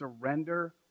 surrender